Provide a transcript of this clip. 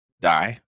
Die